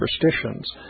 superstitions